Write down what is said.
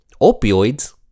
Opioids